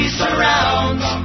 surrounds